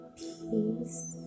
peace